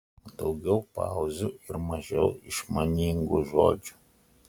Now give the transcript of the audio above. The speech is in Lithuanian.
daugiau pauzių ir mažiau išmaningų žodžių